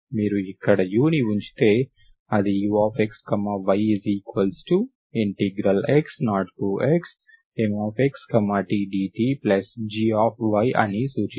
మీరు ఇక్కడ u ని ఉంచితే అది ux yx0xMxt dtgy అని సూచిస్తుంది